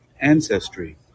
ancestry